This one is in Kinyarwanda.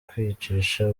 kwicisha